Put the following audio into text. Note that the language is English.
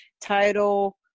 title